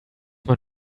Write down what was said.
man